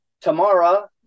Tamara